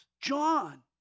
John